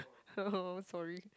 sorry